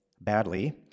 badly